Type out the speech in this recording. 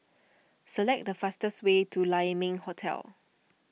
select the fastest way to Lai Ming Hotel